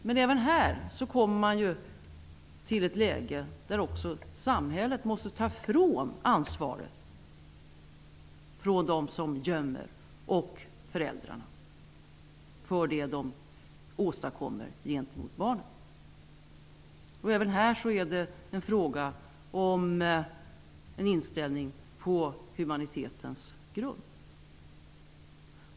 Men även här kommer man till ett läge, där samhället måste frånta dem som gömmer och föräldrarna ansvaret för vad de åstadkommer gentemot barnen. Även här är det en fråga om en inställning på humanitetens grund.